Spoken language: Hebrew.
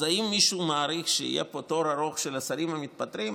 אז האם מישהו מעריך שיהיה פה תור ארוך של השרים המתפטרים?